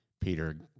Peter